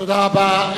תודה רבה.